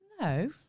No